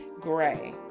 Gray